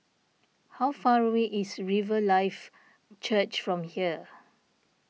how far away is Riverlife Church from here